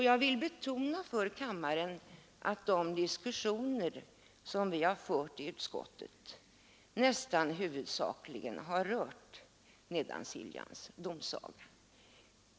Jag vill betona för kammaren att de diskussioner vi fört i utskottet nästan uteslutande har rört Nedansiljans tingsrätt.